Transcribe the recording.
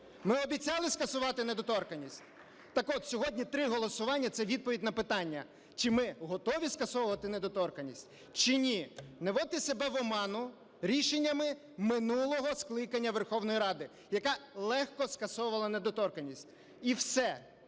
Ми обіцяли скасувати недоторканність, так от, сьогодні три голосування - це відповідь на питання, чи ми готові скасовувати недоторканність. Не вводьте себе в оману рішеннями минулого скликання Верховної Ради, яка легко скасовувала недоторканність. І все,